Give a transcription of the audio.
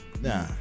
Nah